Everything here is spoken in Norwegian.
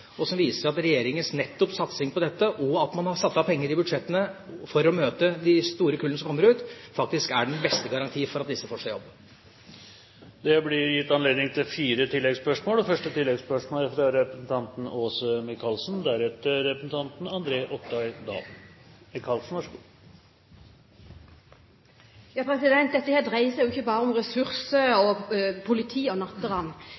viser at regjeringas satsing nettopp på dette, og at man har satt av penger i budsjettene for å møte de store kullene som kommer ut, faktisk er den beste garantien for at disse får seg jobb. Det blir gitt anledning til fire oppfølgingsspørsmål – først representanten Åse Michaelsen. Dette dreier seg jo ikke bare om ressurser og om politi og natteravn. Dette handler ikke minst om holdningsendringer. Statstikk sier veldig mye. Og